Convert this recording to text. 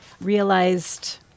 Realized